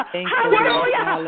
Hallelujah